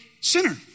sinner